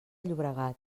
llobregat